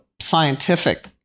scientific